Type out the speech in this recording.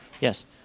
Yes